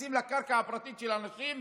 מתייחסים לקרקע הפרטית של אנשים.